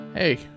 Hey